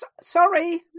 sorry